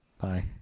Bye